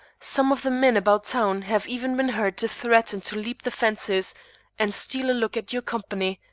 some of the men about town have even been heard to threaten to leap the fences and steal a look at your company,